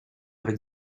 avec